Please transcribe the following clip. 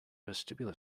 vestibular